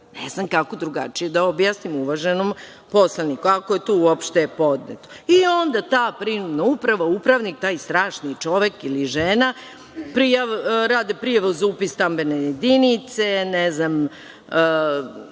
Ne znam kako drugačije da objasnim, uvaženom poslaniku. Ako je to uopšte podneto. Onda ta prinudna uprava, upravnik, taj strašni čovek ili žena, rade prijavu za upis stambene jedinice, ne znam,